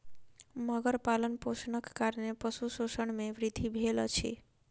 मगर पालनपोषणक कारणेँ पशु शोषण मे वृद्धि भेल अछि